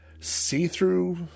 see-through